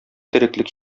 тереклек